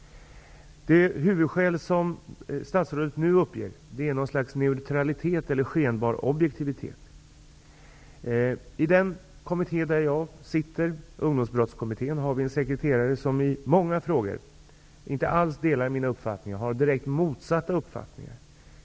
Det huvudskäl som statsrådet nu uppger är något slags neutralitet eller skenbar objektivitet. I den kommitté där jag sitter, Ungdomsbrottskommittén, har vi en sekreterare som i många frågor inte alls delar mina uppfattningar utan har direkt motsatta uppfattningar.